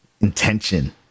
intention